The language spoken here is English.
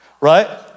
Right